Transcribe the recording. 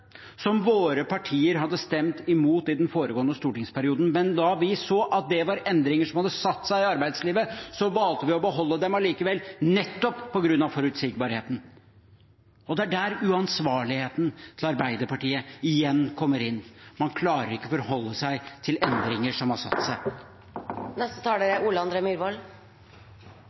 som våre partier hadde stemt imot i den foregående stortingsperioden. Men da vi så at det var endringer som hadde satt seg i arbeidslivet, valgte vi å beholde dem allikevel, nettopp på grunn av forutsigbarheten. Og det er der uansvarligheten til Arbeiderpartiet igjen kommer inn; man klarer ikke å forholde seg til endringer som har satt seg. Representanten Heggelund snakker om avmonopolisering, men det er